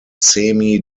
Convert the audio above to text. semi